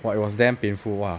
!wah! it was damn painful !wah!